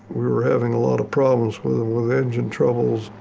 we were having a lot of problems with them with engine troubles.